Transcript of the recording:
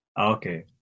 okay